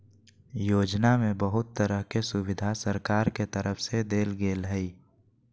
योजना में बहुत तरह के सुविधा सरकार के तरफ से देल गेल हइ